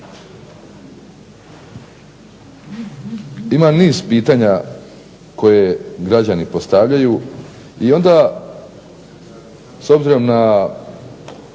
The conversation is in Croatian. Ima niz pitanja koje građani postavljaju i onda s obzirom na